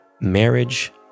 marriage